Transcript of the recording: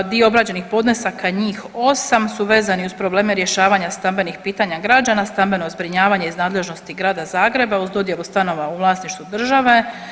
Dio obrađenih podnesaka, njih 8 su vezani uz probleme rješavanja stambenih pitanja građana, stambeno zbrinjavanje iz nadležnosti Grada Zagreba uz dodjelu stanova u vlasništvu države.